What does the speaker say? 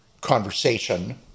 conversation